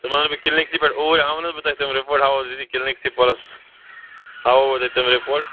تِم اَنہٕ بہٕ کِلنِکسٕے پٮ۪ٹھ اوٗرۍ ہاوَو نہ بہٕ تۄہہِ تِم رِپوٹ ہاوَو کِلنِکسٕے پوٚتٕس ہاوَو بہٕ تۄہہِ تِم رِپوٹ